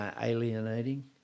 alienating